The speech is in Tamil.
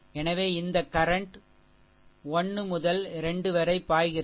எனவே இந்த கரன்ட் 1 முதல் 2 வரை பாய்கிறது